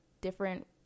different